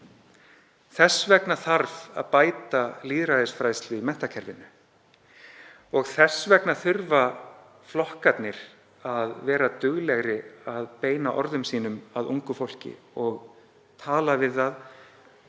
Þess vegna þarf að bæta lýðræðisfræðslu í menntakerfinu og þess vegna þurfa flokkarnir að vera duglegri að beina orðum sínum að ungu fólki og tala við það